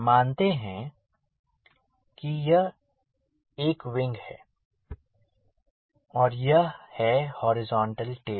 मानते हैं कि यह एक विंग है और यह है हॉरिजॉन्टल टेल